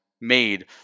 made